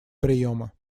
приема